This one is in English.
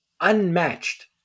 unmatched